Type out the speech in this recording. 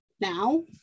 now